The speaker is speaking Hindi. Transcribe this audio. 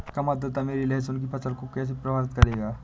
कम आर्द्रता मेरी लहसुन की फसल को कैसे प्रभावित करेगा?